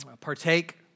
partake